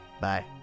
Bye